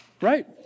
Right